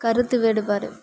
கருத்து வேறுபாடு